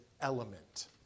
element